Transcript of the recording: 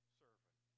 servant